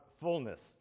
fullness